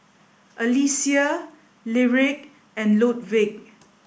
Alesia Lyric and Ludwig